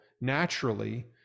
naturally